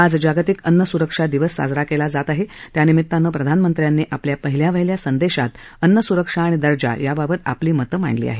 आज जागतिक अन्नसुरक्षा दिवस साजरा केला जात आहे यानिमित्तानं प्रधानमंत्र्यांनी आपल्या पहिल्यावाहिल्या संदेशात अन्नसुरक्षा आणि दर्जा याबाबत आपली मतं मांडली आहेत